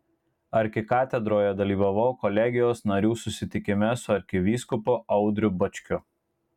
arkikatedroje dalyvavau kolegijos narių susitikime su arkivyskupu audriu bačkiu